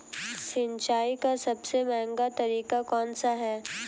सिंचाई का सबसे महंगा तरीका कौन सा है?